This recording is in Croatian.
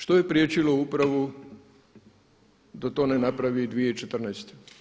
Što je priječilo upravu da to ne napravi i 2014.